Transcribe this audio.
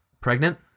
pregnant